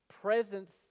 presence